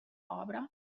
obra